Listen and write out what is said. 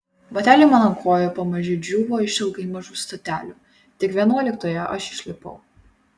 bateliai man ant kojų pamaži džiūvo išilgai mažų stotelių tik vienuoliktoje aš išlipau